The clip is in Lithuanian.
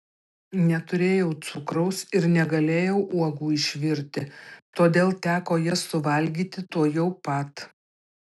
neturėjau cukraus ir negalėjau uogų išvirti todėl teko jas suvalgyti tuojau pat